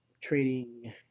trading